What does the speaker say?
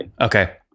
Okay